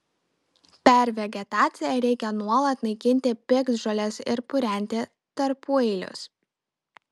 per vegetaciją reikia nuolat naikinti piktžoles ir purenti tarpueilius